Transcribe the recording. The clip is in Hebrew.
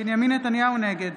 נתניהו, נגד